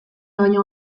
baino